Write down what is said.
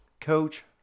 coach